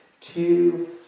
two